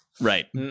Right